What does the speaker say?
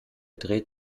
dreht